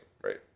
right